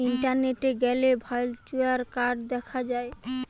ইন্টারনেটে গ্যালে virtual card দেখা যায়